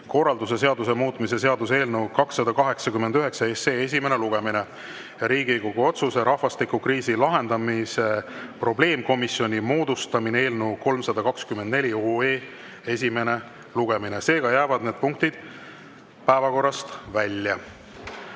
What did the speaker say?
korralduse seaduse muutmise seaduse eelnõu 289 esimene lugemine ja Riigikogu otsuse "Rahvastikukriisi lahendamise probleemkomisjoni moodustamine" eelnõu 324 esimene lugemine. Seega jäävad need punktid päevakorrast välja.